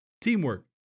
Teamwork